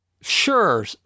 Sure